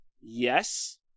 Yes